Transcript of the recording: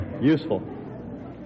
useful